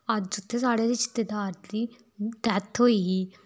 अज्ज उत्थै साढ़े रिश्तेदार दी डैथ होई ही